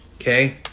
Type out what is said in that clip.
Okay